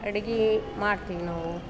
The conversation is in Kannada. ಅಡುಗೆ ಮಾಡ್ತೀವಿ ನಾವು